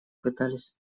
пытались